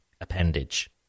appendage